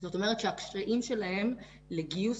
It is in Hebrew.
זאת אומרת שהקשיים שלהם לגיוס